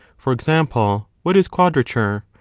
for example, what is quadrature?